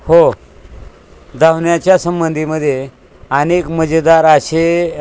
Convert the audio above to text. हो धावण्याच्या संबंधीमध्ये अनेक मजेदार असे